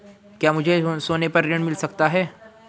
क्या मुझे सोने पर ऋण मिल सकता है?